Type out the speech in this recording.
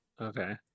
Okay